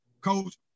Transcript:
Coach